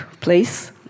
place